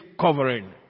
covering